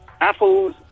Apples